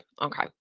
Okay